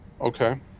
Okay